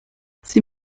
sie